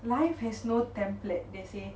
life has no template they say